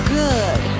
good